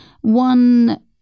one